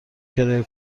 کرایه